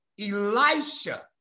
elisha